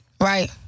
Right